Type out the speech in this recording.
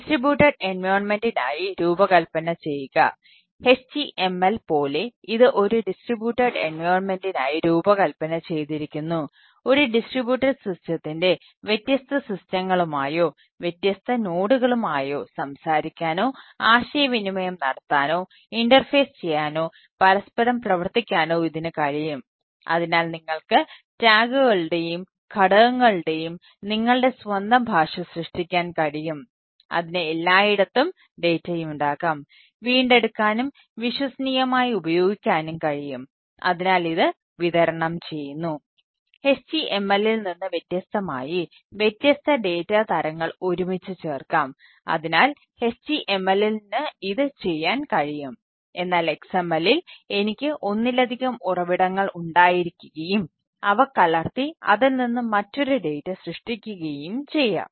distributed എൻവിയോൺമെൻറിനായി സൃഷ്ടിക്കുകയും ചെയ്യാം